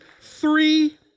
three